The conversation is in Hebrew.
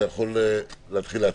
תודה,